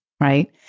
right